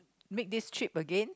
meet this trip again